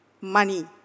money